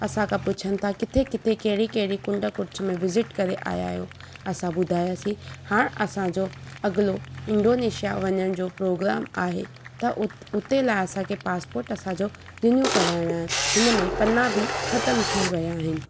असां खां पुछनि था किथे किथे कहिड़ी कहिड़ी कुंड कुर्छ में विज़िट करे आया आहियो असां ॿुधायासीं हाणे असांजो अगिलो इंडोनेशिया वञण जो प्रोग्राम आहे त उ उते लाइ असांखे पासपोट असांजो रिन्यू कराइणा आहिनि हिन में पन्ना भी ख़तमु थी विया आहिनि